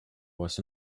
was